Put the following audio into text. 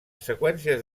seqüències